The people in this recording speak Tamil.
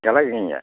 கெழக்கைங்க